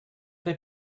they